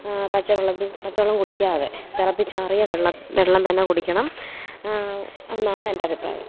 പച്ച വെള്ളത്തിൽ പച്ചവെള്ളം കുടിക്കാതെ തിളപ്പിച്ചാറിയ വെള്ളം വെള്ളം തന്നെ കുടിക്കണം എന്നാണ് എൻ്റെ അഭിപ്രായം